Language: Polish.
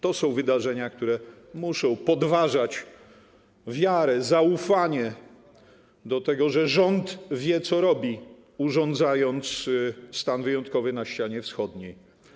To są wydarzenia, które muszą podważać wiarę, zaufanie do tego, że rząd wie, co robi, urządzając stan wyjątkowy na ścianie wschodniej.